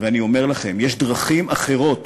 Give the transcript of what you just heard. ואני אומר לכם, יש דרכים אחרות